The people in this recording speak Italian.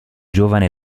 giovane